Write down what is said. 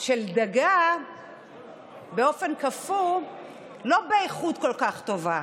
של דגה באופן קפוא לא באיכות כל כך טובה.